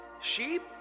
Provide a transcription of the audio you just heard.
Sheep